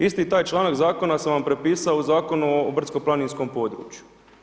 Isti taj članak zakona sam vam prepisao u Zakonu o brdsko-planinskom području.